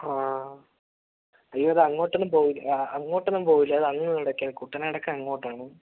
ആ അയ്യോ അതങ്ങോട്ടൊന്നും പോകില്ല അങ്ങോട്ടൊന്നും പോകില്ല അത് അങ് കുട്ടനാടൊക്കെ അങ്ങോട്ടാണ്